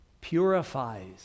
Purifies